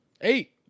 eight